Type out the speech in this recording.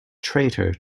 traitor